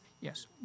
Yes